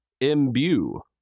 Imbue